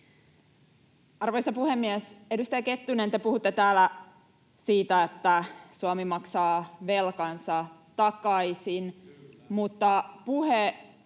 Arvoisa puhemies! Edustaja Kettunen, te puhutte täällä siitä, että Suomi maksaa velkansa takaisin,